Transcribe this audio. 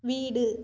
வீடு